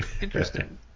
Interesting